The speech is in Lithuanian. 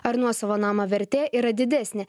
ar nuosavo namo vertė yra didesnė